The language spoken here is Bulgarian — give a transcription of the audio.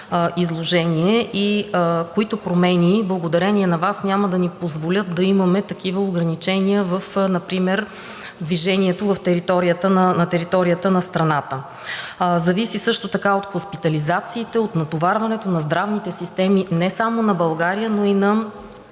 изложение и които промени благодарение на Вас няма да ни позволят да имаме такива ограничения например в движението на територията на страната. Зависи също така от хоспитализациите, от натоварването на здравните системи не само на България, но и на